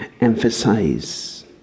emphasize